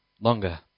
longer